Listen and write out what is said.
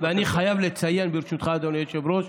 אני חייב לציין, ברשותך, אדוני היושב-ראש,